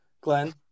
Glenn